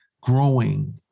growing